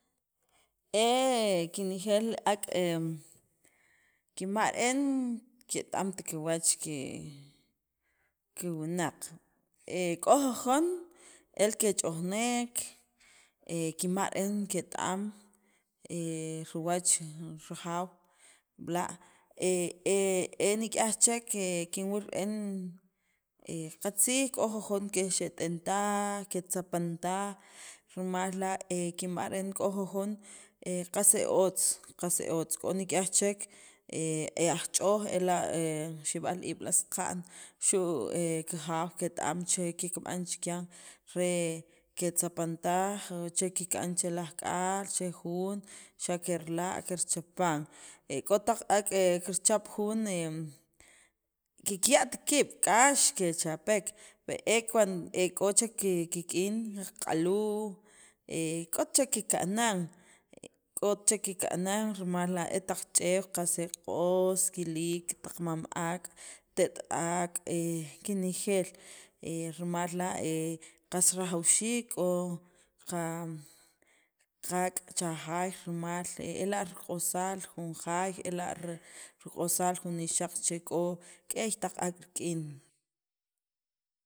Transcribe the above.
he kinejeel ak' em, kinb'aj re'en ket- amt kiwach ki kiwunaq, he k'o jujon e kech'ojnek kinb'aj re'en ket- am riwach rijaw b'la' he e nik'yaj chek, kinwil re'en qatzij k'o jujon kexet'intaj, ketzapan taj rimal la' kinb'aj re'en qas e otz, qas e otz, k'o nik'yaj chek ee aj ch'oj ela' he xib'al iib' la' saqa'n, xu' e kiwaj ket- am che kikb'an chikyan re ketzapantaj, che kika'n che laj k'al che jun, xe kirila', kirchapan. E k'o taq ak' he kirchap jun em, kikya't kiib' k'ax kechapek e cuando e k'o chek kik'in kik'aluj he k'ot chek kika'nan, k'ot chek kika'nan, rimal la' e taq ch'eew qas e q'os kiliik, taq mam ak', te't ak' em kinejeel, he rimal la' he qas rajawxiik k'o qa qaak' cha jaay rimal ela' riq'osaal jun jaay, ela' riq'osaal jun nixaq che k'o k'ey taq ak' rik'in.